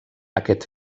aquest